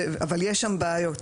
אבל יש שם בעיות,